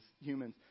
humans